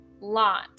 Lot